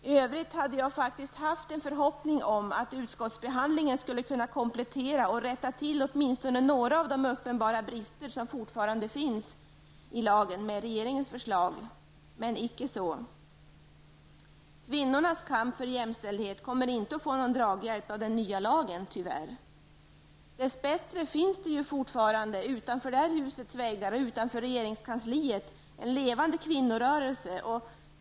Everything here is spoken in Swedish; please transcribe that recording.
I övrigt närde jag faktiskt en förhoppning om att utskottsbehandlingen skulle kunna komplettera och rätta till åtminstone några av de uppenbara brister som med regeringens förslag fortfarande finns i lagen. Men icke så! Kvinnornas kamp för jämställldhet kommer inte att få någon draghjälp av den nya lagen, tyvärr. Dess bättre finns det fortfarande en levande kvinnorörelse utanför det här husets väggar och utanför regeringskansliets väggar.